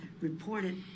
reported